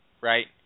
right